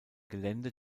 gelände